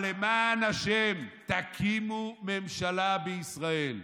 אבל למען השם, תקימו ממשלה בישראל.